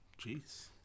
Jeez